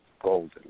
golden